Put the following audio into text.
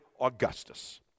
Augustus